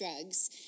Drugs